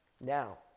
Now